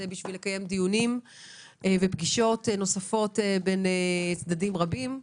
כדי לקיים דיונים ופגישות נוספות בין צדדים רבים,